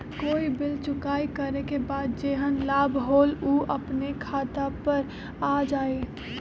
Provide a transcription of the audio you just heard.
कोई बिल चुकाई करे के बाद जेहन लाभ होल उ अपने खाता पर आ जाई?